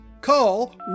Call